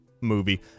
movie